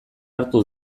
hartu